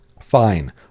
fine